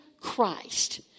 Christ